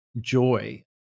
joy